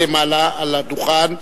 למעלה, אל הדוכן,